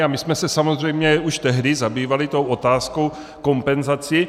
A my jsme se samozřejmě už tehdy zabývali otázkou kompenzací.